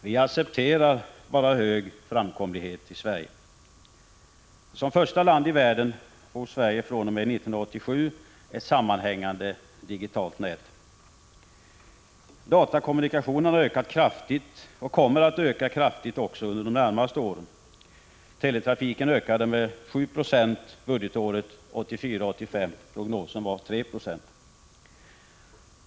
Vi accepterar bara hög framkomlighet i Sverige. Som första land i världen får Sverige fr.o.m. 1987 ett sammanhängande digitalt nät. Datakommunikationerna har ökat kraftigt och kommer att öka kraftigt också under de närmaste åren. Teletrafiken ökade med 7 96 budgetåret 1984/85 — prognosen var 3 I.